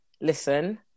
listen